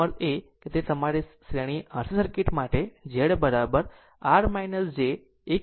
તે માટે તમારી શ્રેણી RC સર્કિટ Z આ R j 1 upon ω c છે